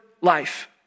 life